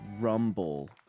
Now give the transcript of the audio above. rumble